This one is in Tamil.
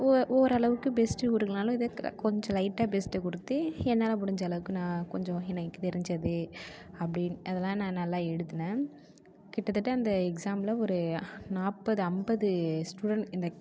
ஓரளவுக்கு பெஸ்ட்டு கொடுக்கலன்னாலும் எதோ கொஞ்சம் லைட்டாக பெஸ்ட்டை கொடுத்து என்னால் முடிஞ்ச அளவுக்கு நான் கொஞ்சம் எனக்கு தெரிஞ்சது அப்படி அதலாம் நான் நல்லா எழுதுனேன் கிட்டதட்ட அந்த எக்ஸாமில் ஒரு நாற்பது ஐம்பது ஸ்டூடெண்ட் இந்த